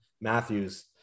Matthews